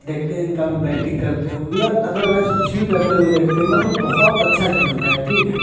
देखते उनका भी बैटिंग करते हुए अदरवाइज कुछ भी करते हुए देखते हैं मतलब बहुत अच्छा खेलते है ठीक है